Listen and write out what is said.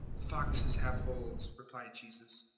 foxes have holes, replied jesus,